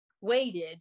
waited